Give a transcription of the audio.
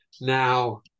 Now